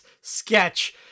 sketch